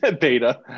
beta